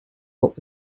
what